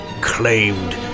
claimed